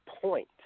point